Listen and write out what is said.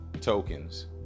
tokens